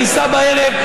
דייסה בערב,